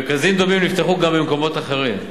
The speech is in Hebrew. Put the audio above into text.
מרכזים דומים נפתחו גם במקומות אחרים.